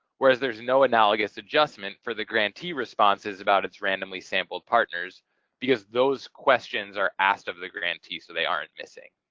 whereas there's no analogous adjustment for the grantee responses about its randomly sampled partners because those questions are asked of the grantee so they aren't missing.